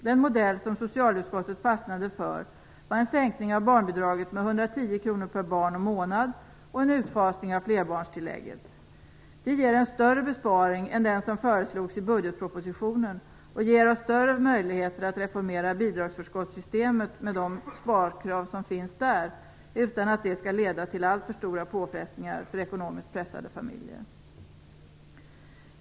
Den modell som socialutskottet fastnade för var en sänkning av barnbidraget med 110 kronor per barn och månad och en utfasning av flerbarnstillägget. Det ger en större besparing än den som föreslogs i budgetpropositionen och det ger oss större möjligheter att reformera bidragsförskottssystemet, med de sparkrav som finns där, utan att det skall leda till alltför stora påfrestningar för ekonomiskt pressade familjer.